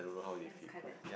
mine is quite bad